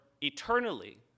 eternally